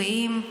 בריאים,